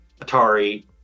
atari